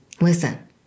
listen